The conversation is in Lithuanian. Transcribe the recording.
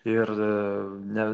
ir ne